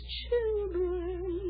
children